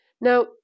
Now